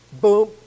boom